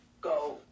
go